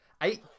eight